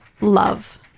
love